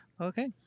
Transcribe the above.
Okay